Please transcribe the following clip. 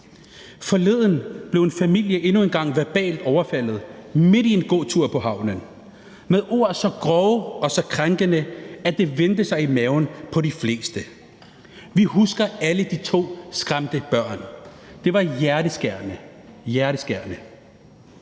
Forleden blev en familie endnu en gang verbalt overfaldet midt i en gåtur på havnen, med ord så grove og så krænkende, at det vendte sig i maven på de fleste. Vi husker alle de to skræmte børn, det var hjerteskærende – hjerteskærende